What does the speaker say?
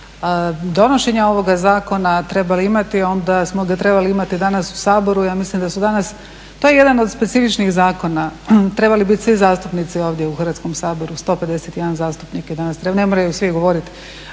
donošenja ovog zakona trebali imati onda smo ga trebali imati danas u Saboru, ja mislim da su danas. To je jedan od specifičnih zakona, trebali biti svi zastupnici ovdje u Hrvatskom saboru 151 je zastupnik je trebao danas, ne moraju svi govoriti